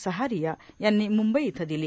सहारिया यांनी मुंबई इथं दिली